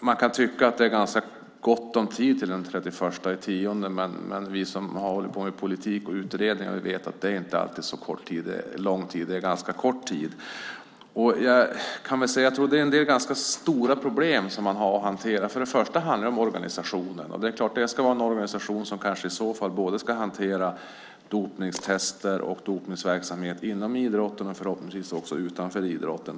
Man kan tycka att det är ganska gott om tid till den 31 oktober, men vi som har hållit på med politik och utredningar vet att det är en ganska kort tid. Det är en del ganska stor problem som utredningen har att hantera. För det första handlar det om organisationen, som kanske ska hantera både dopningstester och dopningsverksamhet inom idrotten och förhoppningsvis också utanför idrotten.